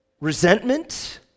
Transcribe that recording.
resentment